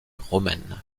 romaine